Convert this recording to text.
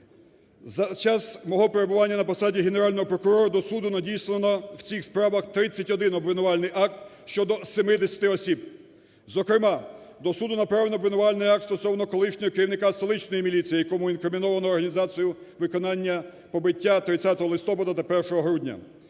За час мого перебування на посаді Генерального прокурора до суду надіслано в цих справах 31 обвинувальний акт щодо 70 осіб. Зокрема до суду направлено обвинувальний акт стосовно колишнього керівника столичної міліції, якому інкриміновано організацію виконання побиття 30 листопада та 1 грудня.